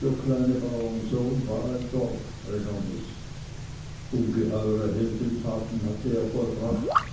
der kleine bauernsohn war ein dorfrenommist ungeheure heldentaten hatte er vollbracht